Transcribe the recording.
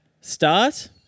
start